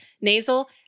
nasal